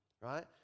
right